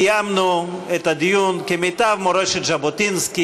קיימנו את הדיון כמיטב מורשת ז'בוטינסקי,